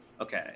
Okay